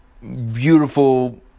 Beautiful